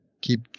keep